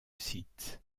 site